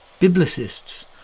Biblicists